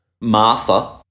Martha